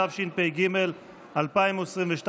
התשפ"ג 2022,